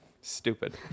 Stupid